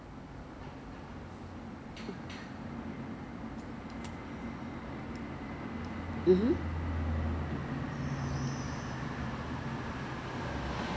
why why this come across is that when Taobao came out right is all in chinese right people cannot read chinese so Ezbuy comes so they help you lor they help you to buy then after that um they also check the quality